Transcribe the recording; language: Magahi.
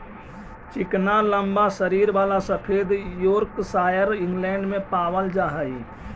चिकना लम्बा शरीर वाला सफेद योर्कशायर इंग्लैण्ड में पावल जा हई